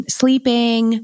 sleeping